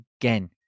Again